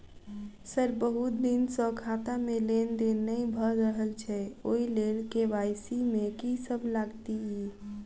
Sir बहुत दिन सऽ खाता मे लेनदेन नै भऽ रहल छैय ओई लेल के.वाई.सी मे की सब लागति ई?